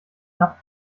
napf